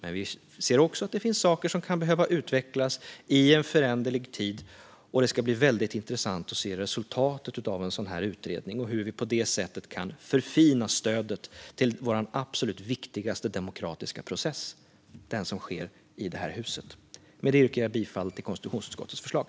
Men vi ser också att det finns saker som kan behöva utvecklas i en föränderlig tid. Det ska bli väldigt intressant att se resultatet av en sådan här utredning och se hur vi kan förfina stödet till vår absolut viktigaste demokratiska process, den som sker i det här huset. Med det yrkar jag bifall till konstitutionsutskottets förslag.